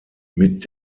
mit